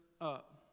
up